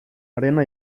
arena